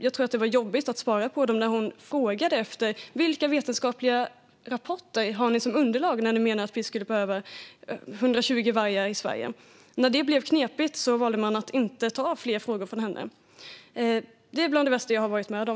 Det var väl jobbigt att svara när hon frågade efter vilka vetenskapliga rapporter som utgjorde underlag för att det behövs 120 vargar i Sverige. Eftersom det blev knepigt valde man att inte tillåta fler frågor från henne. Detta är något av det värsta jag har varit med om.